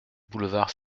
boulevard